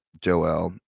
Joel